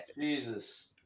Jesus